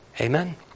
Amen